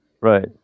Right